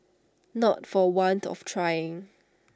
not for want of trying